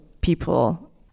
people